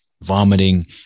vomiting